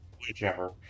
Whichever